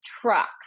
trucks